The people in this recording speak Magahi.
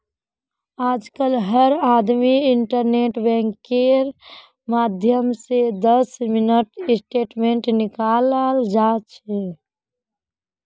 आजकल हर आदमी इन्टरनेट बैंकिंगेर माध्यम स दस मिनी स्टेटमेंट निकाल जा छ